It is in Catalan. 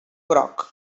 groc